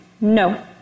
No